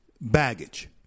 baggage